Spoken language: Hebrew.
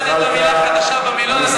למדת מילה חדשה במילון.